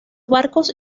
barcos